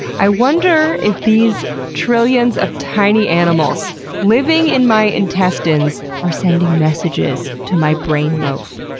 i wonder if these trillions of tiny animals living in my intestines are sending messages to my brain loaf.